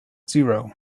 zero